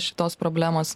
šitos problemos